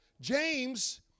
James